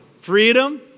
Freedom